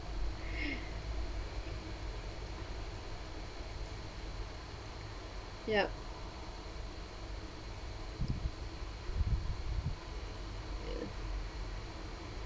yup